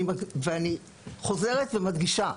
אני חוזרת ומדגישה,